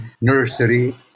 nursery